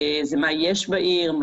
זה מה יש בעיר,